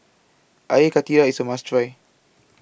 Air Karthira IS A must Try